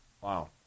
Wow